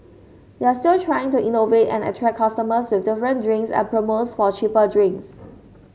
they're still trying to innovate and attract customers with different drinks and promos for cheaper drinks